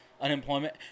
unemployment